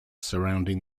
surrounding